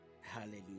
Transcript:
Hallelujah